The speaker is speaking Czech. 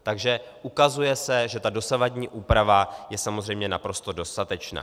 Takže se ukazuje, že ta dosavadní úprava je samozřejmě naprosto dostatečná.